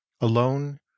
alone